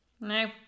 No